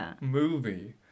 movie